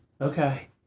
Okay